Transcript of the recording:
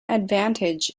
advantage